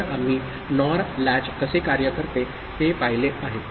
तर आम्ही NOR latch कसे कार्य करते ते पाहिले आहे